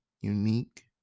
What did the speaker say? unique